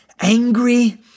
angry